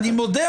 אני מודה,